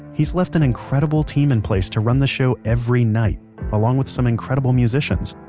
he's left an incredible team in place to run the show every night along with some incredible musicians.